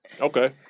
Okay